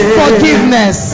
forgiveness